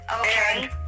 okay